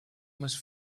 must